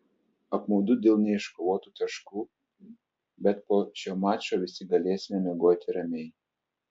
apmaudu dėl neiškovotų taškų bet po šio mačo visi galėsime miegoti ramiai